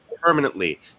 permanently